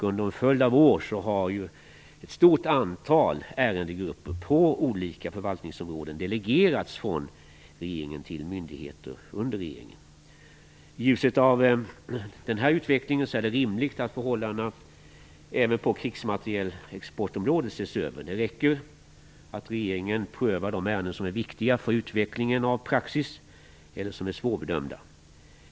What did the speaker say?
Under en följd av år har att stort antal ärendegrupper på olika förvaltningsområden delegerats från regeringen till myndigheter under regeringen. I ljuset av denna utveckling är det rimligt att förhållandena även på krigsmaterielexportområdet ses över. Det räcker med att regeringen prövar de ärenden som är viktiga för utvecklingen av praxis eller som är svårbedömda.